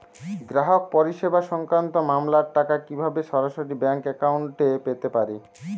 গ্রাহক পরিষেবা সংক্রান্ত মামলার টাকা কীভাবে সরাসরি ব্যাংক অ্যাকাউন্টে পেতে পারি?